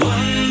One